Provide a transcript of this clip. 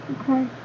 Okay